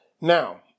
Now